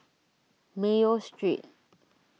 Mayo Street